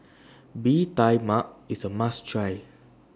Bee Tai Mak IS A must Try